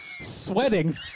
sweating